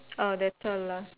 orh that's all lah